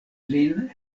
lin